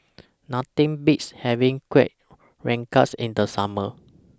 Nothing Beats having Kuih Rengas in The Summer